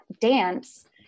dance